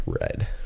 Red